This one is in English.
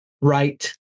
Right